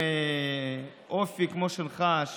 עם אופי כמו שלך,